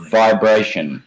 vibration